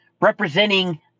representing